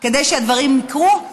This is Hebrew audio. כדי שהדברים יקרו.